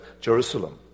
Jerusalem